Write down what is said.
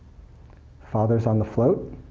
father's on the float,